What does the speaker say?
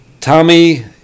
Tommy